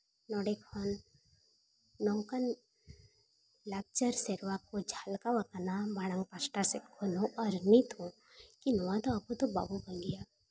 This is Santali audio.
ᱱᱚᱸᱰᱮ ᱠᱷᱚᱱ ᱱᱚᱝᱠᱟᱱ ᱞᱟᱠᱪᱟᱨ ᱥᱮᱨᱣᱟ ᱠᱚ ᱡᱷᱟᱞᱠᱟᱣᱟᱠᱟᱱᱟ ᱢᱟᱲᱟᱝ ᱯᱟᱥᱴᱟ ᱥᱮᱫ ᱠᱷᱚᱱ ᱦᱚᱸ ᱟᱨ ᱱᱤᱛ ᱦᱚᱸ ᱠᱤ ᱱᱚᱣᱟ ᱫᱚ ᱟᱵᱚ ᱫᱚ ᱵᱟᱵᱚ ᱵᱟᱹᱜᱤᱭᱟ